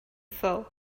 foe